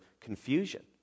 confusion